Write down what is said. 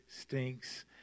stinks